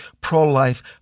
Pro-Life